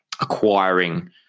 acquiring